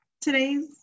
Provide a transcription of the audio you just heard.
today's